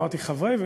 אמרתי חברי,